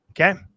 Okay